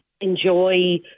enjoy